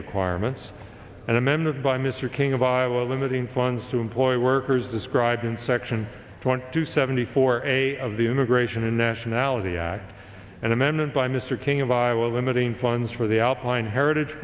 requirements and a member of by mr king of iowa limiting funds to employ workers described in section twenty two seventy four a of the immigration and nationality act and amended by mr king of iowa limiting funds for the alpine heritage